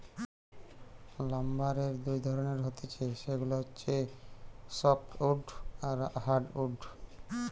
লাম্বারের দুই ধরণের হতিছে সেগুলা হচ্ছে সফ্টউড আর হার্ডউড